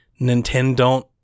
Nintendo